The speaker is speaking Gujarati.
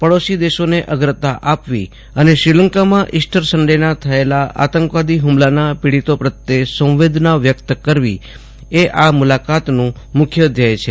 પાડોશી દેશોને અગ્રતા આપવી અને શ્રીલંકામાં ઇસ્ટર સન્ડેના દિવસે થયેલા આતંકવાદી હુમલાના પીડીતો પ્રત્યે સંવેદના વ્યકત કરવી એ આ મુલાકાતનું મુખ્ય ધ્યેય છે